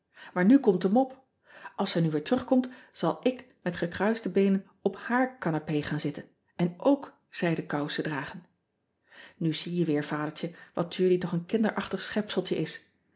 aar nu komt de mop ls zij nu weer terug komt zal ik met gekruiste beenen op hààr canapé gaan zitten en ook zijden kousen dragen u zie je weer adertje wat udy toch een kinderachtig schepseltje is